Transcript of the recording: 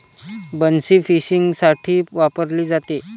बन्सी फिशिंगसाठी वापरली जाते